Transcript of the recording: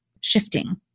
shifting